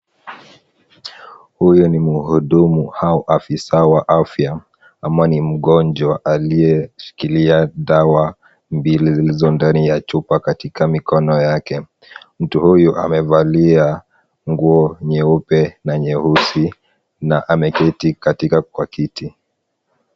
Huyu ni mhudumu au afisa wa afya ama ni mgonjwa aliyeshikilia dawa mbili zilizo ndani ya chupa katika mikono yake. Mtu huyu amevalia nguo nyeupe na nyeusi na ameketi katika kwa kiti.